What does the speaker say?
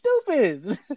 stupid